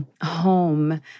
home